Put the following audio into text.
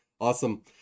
Awesome